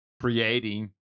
creating